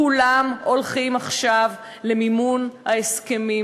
כולם הולכים עכשיו למימון ההסכמים